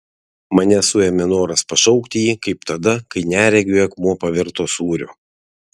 mane suėmė noras pašaukti jį kaip tada kai neregiui akmuo pavirto sūriu